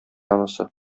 анысы